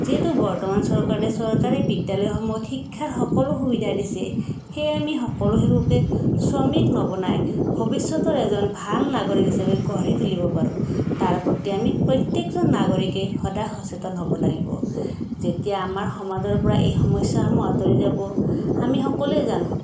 যিহেতু বৰ্তমান চৰকাৰে চৰকাৰী বিদ্যালয়সমূহত শিক্ষাৰ সকলো সুবিধা দিছে সেয়ে আমি সকলো শিশুকে শ্ৰমিক নবনাই ভৱিষ্যতৰ এজন ভাল নাগৰিক হিচাপে গঢ়ি তুলিব পাৰোঁ তাৰ প্ৰতি আমি প্ৰত্যেকজন নাগৰিকে সদা সচেতন হ'ব লাগিব যেতিয়া আমাৰ সমাজৰ পৰা এই সমস্যাসমূহ আতৰি যাব আমি সকলোৱে জানো